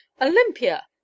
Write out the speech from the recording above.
olympia